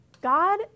God